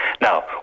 Now